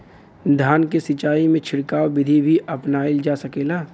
धान के सिचाई में छिड़काव बिधि भी अपनाइल जा सकेला?